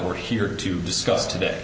we're here to discuss today